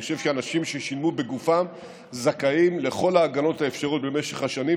אני חושב שאנשים ששילמו בגופם זכאים לכל ההגנות האפשריות במשך השנים,